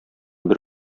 бер